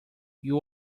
you